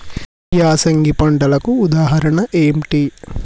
యాసంగి పంటలకు ఉదాహరణ ఏంటి?